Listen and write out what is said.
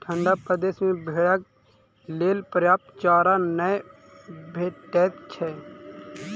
ठंढा प्रदेश मे भेंड़क लेल पर्याप्त चारा नै भेटैत छै